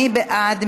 מי בעד?